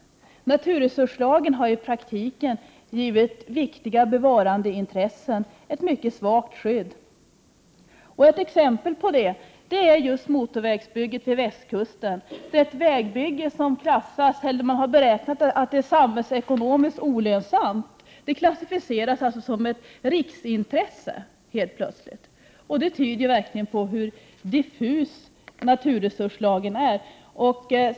Naturresurslagen har i praktiken givit viktiga bevarandeintressen ett mycket svagt skydd. Ett exempel på det är motorvägsbygget vid västkusten. Det är ett vägbygge som har beräknats bli samhällsekonomiskt olönsamt. Det klassificeras alltså helt plötsligt som riksintresse. Det vittnar verkligen om hur diffus naturresurslagen är.